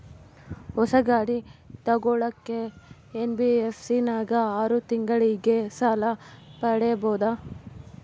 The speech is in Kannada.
ಹೊಸ ಗಾಡಿ ತೋಗೊಳಕ್ಕೆ ಎನ್.ಬಿ.ಎಫ್.ಸಿ ನಾಗ ಆರು ತಿಂಗಳಿಗೆ ಸಾಲ ಪಡೇಬೋದ?